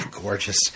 gorgeous